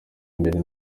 imbere